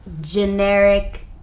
generic